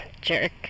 Jerk